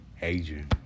Adrian